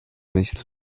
nicht